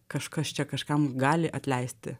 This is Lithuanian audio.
kažkas čia kažkam gali atleisti